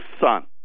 son